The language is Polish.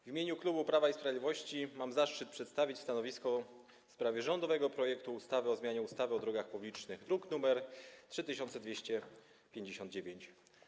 W imieniu klubu Prawo i Sprawiedliwość mam zaszczyt przedstawić stanowisko w sprawie rządowego projektu ustawy o zmianie ustawy o drogach publicznych, druk nr 3259.